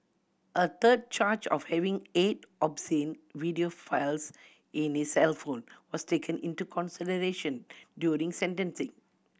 a third charge of having eight obscene video files in his cellphone was taken into consideration during sentencing